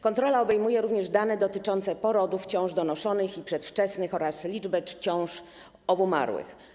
Kontrola obejmuje również dane dotyczące porodów, ciąż donoszonych i przedwczesnych oraz liczby ciąż obumarłych.